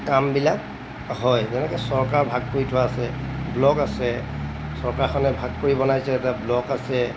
কামবিলাক হয় যেনেকৈ চৰকাৰৰ ভাগ কৰি থোৱা আছে ব্লক আছে চৰকাৰখনে ভাগ কৰি বনাইছে এটা ব্লক আছে